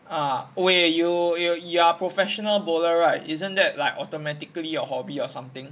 ah wait you you e~ are professional bowler right isn't that like automatically or hobby or something